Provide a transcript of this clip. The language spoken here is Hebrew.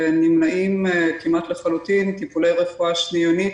נמנעים כמעט לחלוטין טיפולי רפואה שניונית